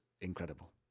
incredible